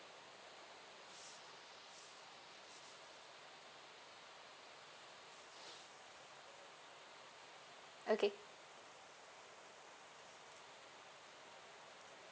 okay